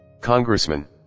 Congressman